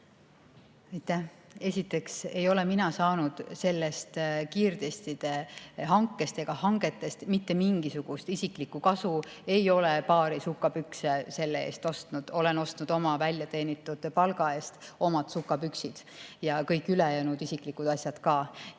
Esiteks, ei ole mina saanud sellest kiirtestide hankest ega [muudest] hangetest mitte mingisugust isiklikku kasu, ei ole paari sukkpükse selle raha eest ostnud, olen ostnud oma väljateenitud palga eest oma sukkpüksid ja kõik ülejäänud isiklikud asjad ka.